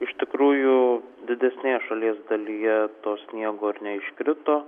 iš tikrųjų didesnėje šalies dalyje to sniego ir neiškrito